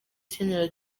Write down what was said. ukinira